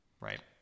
right